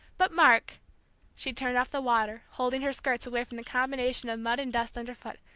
but mark she turned off the water, holding her skirts away from the combination of mud and dust underfoot,